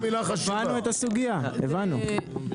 הבנו את הסוגייה, הבנו.